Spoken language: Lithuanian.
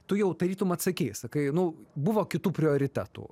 tu jau tarytum atsakei sakai nu buvo kitų prioritetų